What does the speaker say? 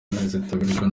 izitabirwa